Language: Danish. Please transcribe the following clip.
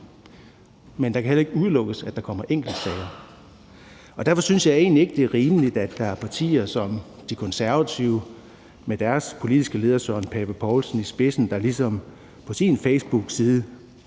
men det kan heller ikke udelukkes, at der kommer enkeltsager. Derfor synes jeg egentlig ikke, at det er rimeligt, at der er partier som De Konservative, ligesom deres politiske leder, hr. Søren Pape Poulsen, gør på sin facebookside,